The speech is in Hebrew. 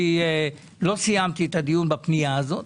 לא סיימתי את הדיון בפנייה הזו.